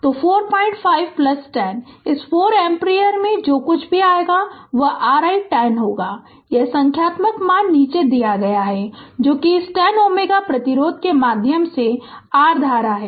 तो 4510 इस 4 एम्पीयर में जो कुछ भी आएगा वह r i १० होगा यह संख्यात्मक मान नीचे दिया गया है जो कि इस 10 Ω प्रतिरोध के माध्यम से r धारा है